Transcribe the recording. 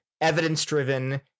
evidence-driven